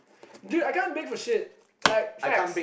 dude I can't bake for shit like facts